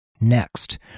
Next